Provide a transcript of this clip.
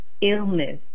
illness